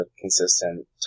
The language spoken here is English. consistent